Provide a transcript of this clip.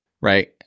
right